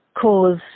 cause